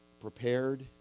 prepared